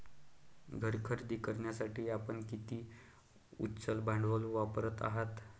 घर खरेदी करण्यासाठी आपण किती अचल भांडवल वापरत आहात?